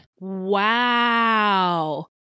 Wow